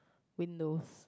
windows